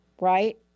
right